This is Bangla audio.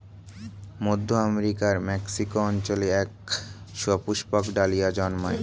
মধ্য আমেরিকার মেক্সিকো অঞ্চলে এক সুপুষ্পক ডালিয়া জন্মায়